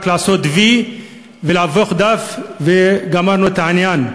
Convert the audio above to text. בלעשות "וי" ולהפוך דף וגמרנו את העניין,